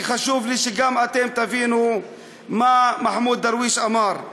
כי חשוב לי שגם אתם תבינו מה מחמוד דרוויש אמר.